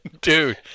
Dude